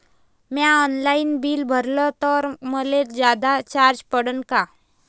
म्या online bill भरलं तर मले जादा चार्ज पडन का?